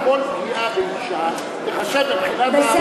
למה לא לומר: כל פגיעה באישה תיחשב,